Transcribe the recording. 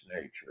nature